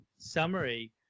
summary